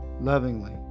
lovingly